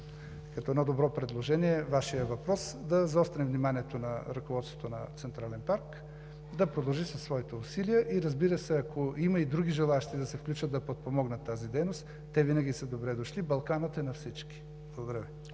като едно добро предложение Вашия въпрос да заострим вниманието на ръководството на Централен парк да продължи със своите усилия и, разбира се, ако има и други желаещи да се включат да подпомогнат тази дейност, те винаги са добре дошли – Балканът е на всички. Благодаря.